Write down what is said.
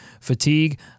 fatigue